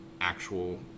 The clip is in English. actual